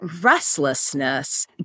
restlessness